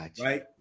Right